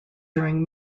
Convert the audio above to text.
during